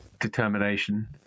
determination